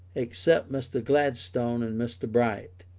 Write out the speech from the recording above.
except mr. gladstone and mr. bright,